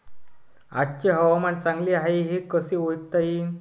आजचे हवामान चांगले हाये हे कसे ओळखता येईन?